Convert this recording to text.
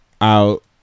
out